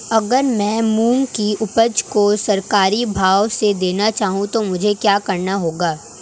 अगर मैं मूंग की उपज को सरकारी भाव से देना चाहूँ तो मुझे क्या करना होगा?